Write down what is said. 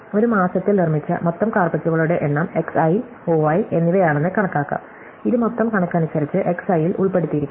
ഒരു മാസത്തിൽ നിർമ്മിച്ച മൊത്തം കാര്പെറ്റുകളുടെ എണ്ണം X i O i എന്നിവയാണെന്ന് കണക്കാക്കാം ഇത് മൊത്തം കണക്കനുസരിച്ച് X i ൽ ഉൾപ്പെടുത്തിയിരിക്കുന്നു